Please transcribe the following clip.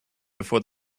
before